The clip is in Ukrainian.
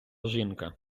жінка